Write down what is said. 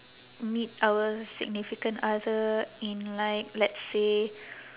meet our significant other in like let's say